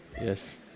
yes